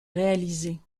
réalisées